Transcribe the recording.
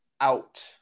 out